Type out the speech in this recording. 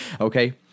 Okay